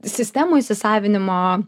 sistemų įsisavinimo